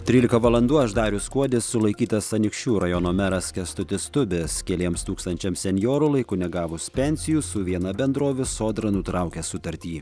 trylika valandų aš darius skuodis sulaikytas anykščių rajono meras kęstutis tubis keliems tūkstančiams senjorų laiku negavus pensijų su viena bendrovių sodra nutraukia sutartį